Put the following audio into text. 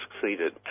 succeeded